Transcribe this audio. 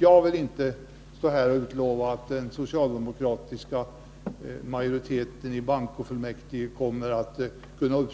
Jag vill inte utlova att den socialdemokratiska majoriteten i bankofullmäktige kommer att kunna